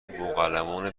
بوقلمون